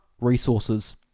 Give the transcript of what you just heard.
resources